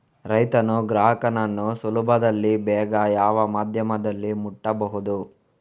ರೈತನು ಗ್ರಾಹಕನನ್ನು ಸುಲಭದಲ್ಲಿ ಬೇಗ ಯಾವ ಮಾಧ್ಯಮದಲ್ಲಿ ಮುಟ್ಟಬಹುದು?